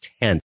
tenth